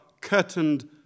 curtained